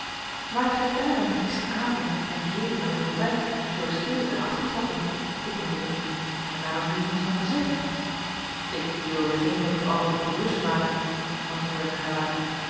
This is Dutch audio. waart gij daarom gisteravond en heden aan het ontbijt zoo stil en afgetrokken vroeg mijn moeder en waarom hier niets van gezegd ik wilde geen van u allen ongerust maken antwoordde mijn vader